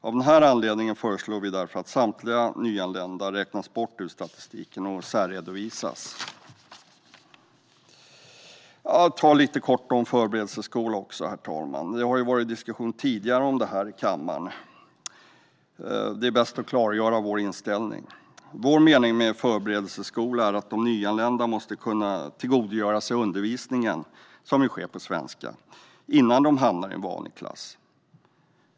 Av den anledningen föreslår vi därför att samtliga nyanlända räknas bort ur statistiken och särredovisas. Jag ska också säga något kort, herr talman, om förberedelseskola. Det har varit diskussioner tidigare i kammaren, och det är bäst att klargöra vår inställning. Vår mening med förberedelseskola är att de nyanlända måste kunna tillgodogöra sig undervisningen, som ju sker på svenska, innan de hamnar i en vanlig klass.